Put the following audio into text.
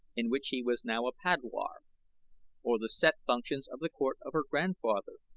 in which he was now a padwar or the set functions of the court of her grandfather,